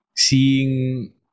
Seeing